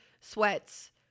sweats